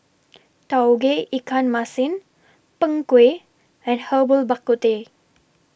Tauge Iikan Masin Kng Kueh and Herbal Bak Ku Teh